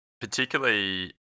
particularly